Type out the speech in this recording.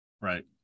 Right